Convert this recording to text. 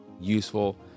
useful